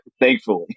Thankfully